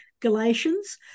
Galatians